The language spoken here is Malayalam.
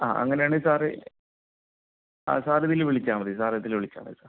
ആ അങ്ങനെയാണെങ്കിൽ സാറ് സാർ ഇതിൽ വിളിച്ചാൽ മതി സാർ ഇതിൽ വിളിച്ചാൽ മതി സാർ